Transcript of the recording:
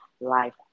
life